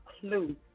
clue